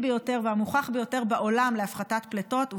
ביותר והמוכח ביותר בעולם להפחתת פליטות,